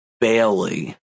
Bailey